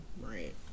Right